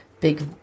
big